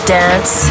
dance